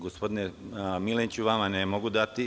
Gospodine Mileniću, vama ne mogu dati.